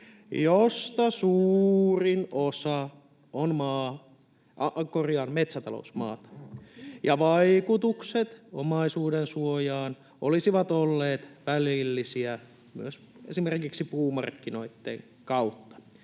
josta suurin osa on metsätalousmaata, ja vaikutukset omaisuudensuojaan olisivat olleet välillisiä myös esimerkiksi puumarkkinoitten kautta.